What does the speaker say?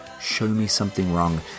showmesomethingwrong